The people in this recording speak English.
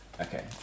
Okay